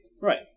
Right